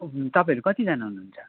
तपाईँहरू कतिजाना हुनुहुन्छ